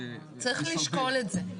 צריך לשקול את זה.